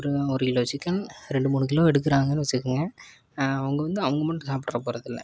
ஒரு ஒரு kilo chicken ரெண்டு மூணு கிலோ எடுக்கிறாங்கன்னு வச்சுக்கங்க அவங்க வந்து அவங்க மட்டும் சாப்பிட போகிறதில்ல